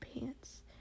pants